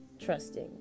trusting